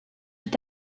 est